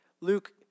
Luke